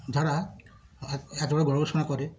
যারা এত এত বড় বড় গবেষণা করে